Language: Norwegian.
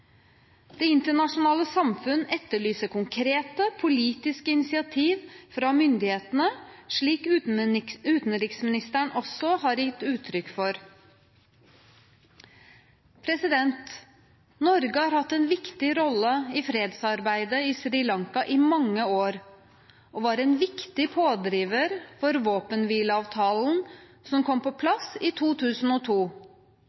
Det internasjonale samfunn etterlyser konkrete, politiske initiativ fra myndighetene, slik utenriksministeren også har gitt uttrykk for. Norge har hatt en viktig rolle i fredsarbeidet i Sri Lanka i mange år, og var en viktig pådriver for våpenhvileavtalen som kom på